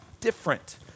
different